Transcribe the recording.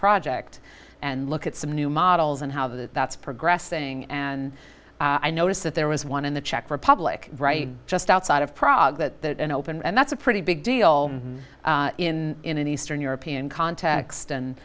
project and look at some new models and how the that's progressing and i noticed that there was one in the czech republic right just outside of prague that hope and that's a pretty big deal in in an eastern european context and